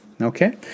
Okay